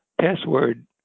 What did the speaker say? password